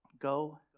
Go